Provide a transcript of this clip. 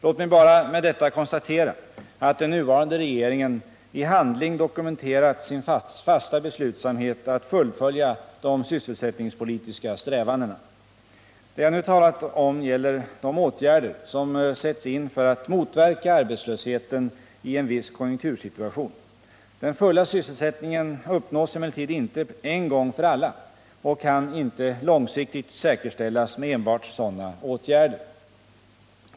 Låt mig bara med detta konstatera att den nuvarande regeringen i handling dokumenterat sin fasta beslutsamhet att fullfölja de sysselsättningspolitiska strävandena. Det jag nu talat om gäller de åtgärder som sätts in för att motverka arbetslösheten i en viss konjunktursituation. Den fulla sysselsättningen uppnås emellertid inte en gång för alla och kan inte långsiktigt säkerställas med enbart sådana åtgärder.